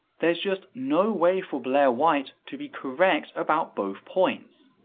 there's just no way for blaire white to be correct about both points.